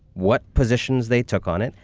what positions they took on it,